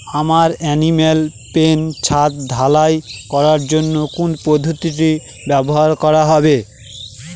আমার animal pen ছাদ ঢালাই করার জন্য কোন পদ্ধতিটি ব্যবহার করা হবে?